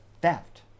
theft